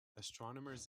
astronomers